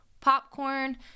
popcorn